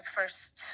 first